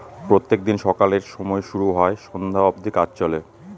প্রত্যেক দিন সকালের সময় শুরু হয় সন্ধ্যা অব্দি কাজ চলে